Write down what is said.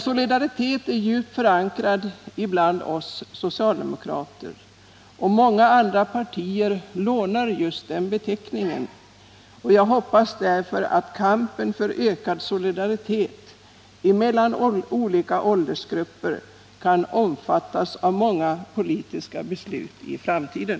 Solidariteten är djupt förankrad hos oss socialdemokrater, och många andra partier lånar just den beteckningen. Jag hoppas att kampen för ökad solidaritet mellan olika åldersgrupper kan omfattas av många politiska beslut i framtiden.